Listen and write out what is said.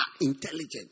intelligent